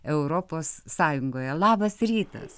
europos sąjungoje labas rytas